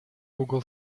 google